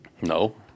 No